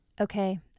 Okay